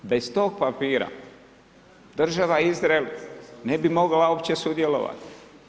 Bez tog papira država Izrael ne bi mogla uopće sudjelovati.